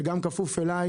שגם כפוף אליי,